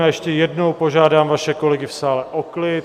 Já ještě jednou požádám vaše kolegy v sále o klid.